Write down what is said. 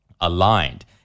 aligned